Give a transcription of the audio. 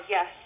Yes